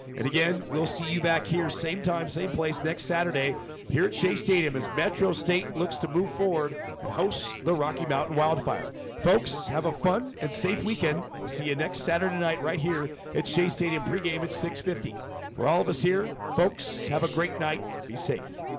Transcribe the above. and again, we'll see you back here same time same place next saturday here at shea stadium as metro state looks to move forward and host the rocky mountain wildfire folks. have a fun and safe weekend we'll see you next saturday night right here at shea stadium pregame at six fifty for all of us here folks have a great night. be safe